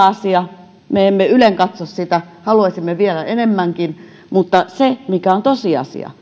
asia me emme ylenkatso sitä haluaisimme vielä enemmänkin mutta se mikä on tosiasia